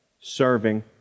serving